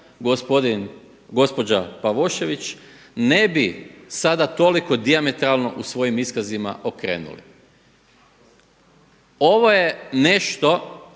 gospođa Jurak, gospođa Pavošević ne bi sada toliko dijametralno u svojim iskazima okrenuli. Ovo je nešto